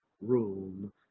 room